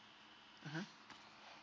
mmhmm